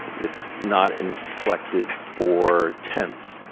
it's not inflected for tense.